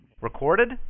Recorded